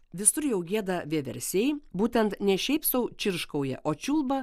visur jau gieda vieversiai būtent ne šiaip sau čirškauja o čiulba